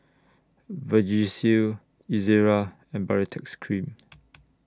Vagisil Ezerra and Baritex Cream